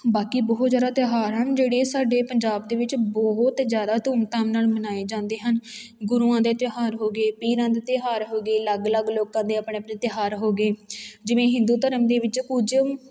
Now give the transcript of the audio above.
ਬਾਕੀ ਬਹੁਤ ਜ਼ਿਆਦਾ ਤਿਉਹਾਰ ਹਨ ਜਿਹੜੇ ਸਾਡੇ ਪੰਜਾਬ ਦੇ ਵਿੱਚ ਬਹੁਤ ਜ਼ਿਆਦਾ ਧੂਮਧਾਮ ਨਾਲ ਮਨਾਏ ਜਾਂਦੇ ਹਨ ਗੁਰੂਆਂ ਦੇ ਤਿਉਹਾਰ ਹੋ ਗਏ ਪੀਰਾਂ ਦੇ ਤਿਉਹਾਰ ਹੋ ਗਏ ਅਲੱਗ ਅਲੱਗ ਲੋਕਾਂ ਦੇ ਆਪਣੇ ਆਪਣੇ ਤਿਉਹਾਰ ਹੋ ਗਏ ਜਿਵੇਂ ਹਿੰਦੂ ਧਰਮ ਦੇ ਵਿੱਚ ਕੁਝ